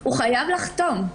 הוא חייב לחתום.